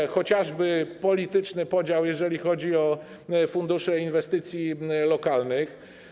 Był chociażby polityczny podział, jeżeli chodzi o Fundusz Inwestycji Lokalnych.